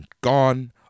gone